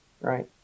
right